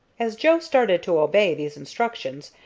as joe started to obey these instructions,